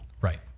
right